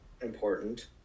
important